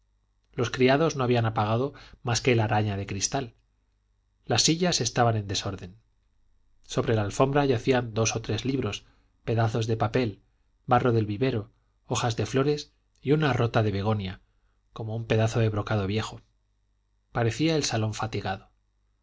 los criados no habían apagado más que la araña de cristal las sillas estaban en desorden sobre la alfombra yacían dos o tres libros pedazos de papel barro del vivero hojas de flores y una rota de begonia como un pedazo de brocado viejo parecía el salón fatigado